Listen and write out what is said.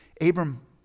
Abram